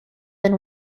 than